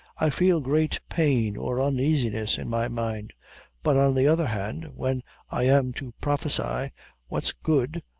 i feel great pain or uneasiness in my mind but on the other hand, when i am to prophesy what's good,